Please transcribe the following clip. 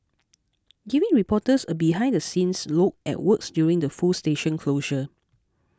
giving reporters a behind the scenes look at works during the full station closure